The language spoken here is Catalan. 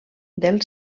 del